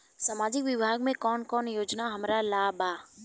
सामाजिक विभाग मे कौन कौन योजना हमरा ला बा?